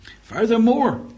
Furthermore